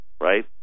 right